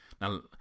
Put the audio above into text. now